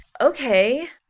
Okay